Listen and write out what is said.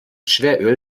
schweröl